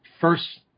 First